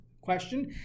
question